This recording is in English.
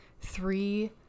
three